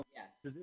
yes